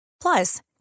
Plus